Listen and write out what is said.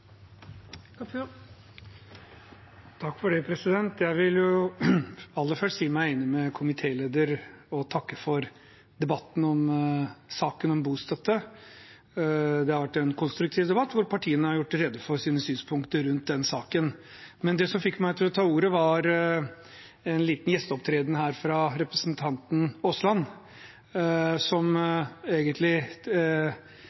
takke for debatten om saken om bostøtte. Det har vært en konstruktiv debatt hvor partiene har gjort rede for sine synspunkter rundt den saken. Det som fikk meg til å ta ordet, var en liten gjesteopptreden her fra representanten Aasland, som